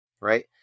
right